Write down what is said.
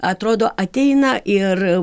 atrodo ateina ir